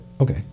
okay